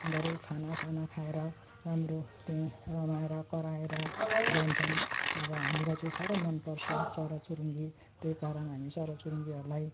उनीहरू खाना साना खाएर हाम्रो त्यहीँ रमाएर कराएर जान्छन् अब हामीलाई चाहिँ साह्रो मन पर्छ चराचुरुङ्गी त्यही कारण हामी चराचुरुङ्गीहरूलाई